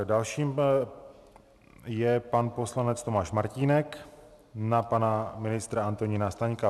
Dalším je pan poslanec Tomáš Martínek na pana ministra Antonína Staňka.